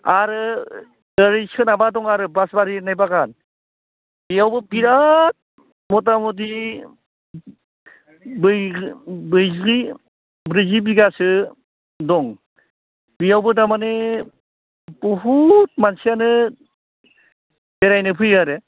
आरो ओरै सोनाबहा दं आरो बासबारि होन्नाय बागान बेयावबो बिराथ मथा मथि बै ब्रैजि बिघासो दं बेयावबो दा माने बहुथ मानसियानो बेरायनो फैयो आरो